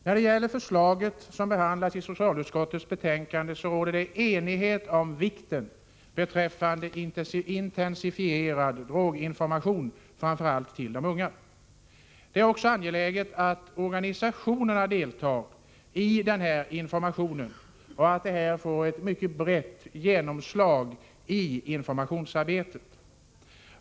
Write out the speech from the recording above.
När det gäller de förslag som behandlas i socialutskottets betänkande råder det enighet om vikten av en intensifierad droginformation framför allt till de unga. Det är också angeläget att organisationerna deltar i denna information och att detta får ett mycket brett genomslag i informationsarbetet.